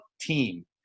team